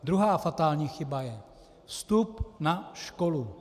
Druhá fatální chyba je: vstup na školu.